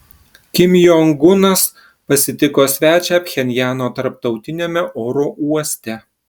kim jong unas pasitiko svečią pchenjano tarptautiniame oro uoste